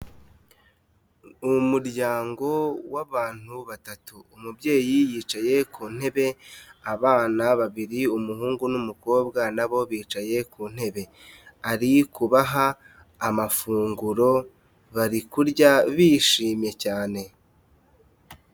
Umuryango w'abantu batatu, umubyeyi yicaye ku ntebe abana babiri, umuhungu n'umukobwa nabo bicaye ku ntebe, ari kubaha amafunguro, bari kurya bishimye cyane.